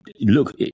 look